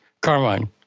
Carmine